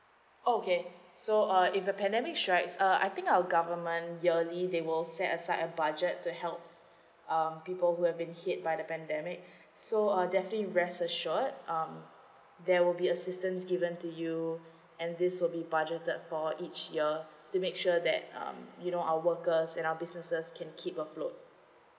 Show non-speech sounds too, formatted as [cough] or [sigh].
oh okay so uh if the pandemic strikes uh I think our government yearly they will set aside a budget to help um people who have been hit by the pandemic [breath] so uh definitely rest assured um there will be assistance given to you and this will be budgeted for each year to make sure that um you know our workers and our businesses can keep afloat